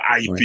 IP